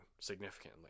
significantly